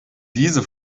diese